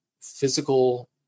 Physical